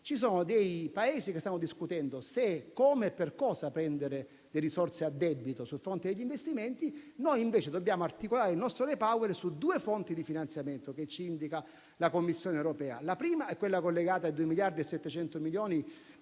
ci sono Paesi che stanno discutendo se, come e per cosa prendere le risorse a debito sul fronte degli investimenti; noi, invece, dobbiamo articolare il nostro REPower su due fonti di finanziamento che la Commissione europea ci indica: la prima è quella collegata a 2,7 miliardi di fondi